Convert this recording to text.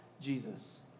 Jesus